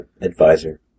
Advisor